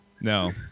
no